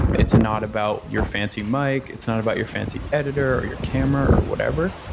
it's not about your fancy mic. it's not about your fancy editor or your camera or whatever.